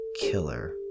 Killer